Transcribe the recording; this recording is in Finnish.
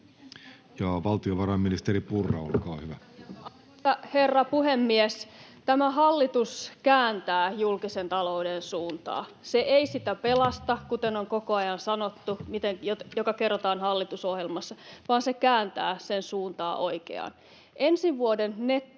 Content: Arvoisa herra puhemies! Tämä hallitus kääntää julkisen talouden suuntaa. Se ei sitä pelasta, kuten on koko ajan sanottu ja mikä kerrotaan hallitusohjelmassa, vaan se kääntää sen suuntaa oikeaan. Ensi vuoden nettosäästöt